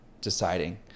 deciding